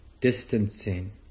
distancing